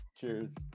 Cheers